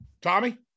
Tommy